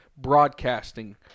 broadcasting